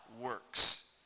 works